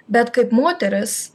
bet kaip moteris